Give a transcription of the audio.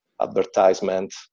advertisement